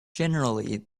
generally